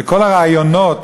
וכל הרעיונות